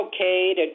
okay